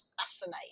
fascinating